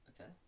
Okay